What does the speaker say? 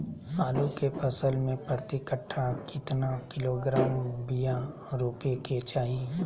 आलू के फसल में प्रति कट्ठा कितना किलोग्राम बिया रोपे के चाहि?